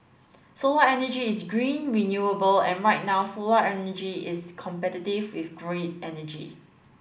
solar energy is green renewable and right now solar energy is competitive with grid energy